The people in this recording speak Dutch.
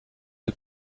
het